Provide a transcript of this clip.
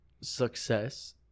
success